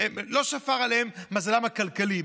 לא שפר עליהם מזלם הכלכלי,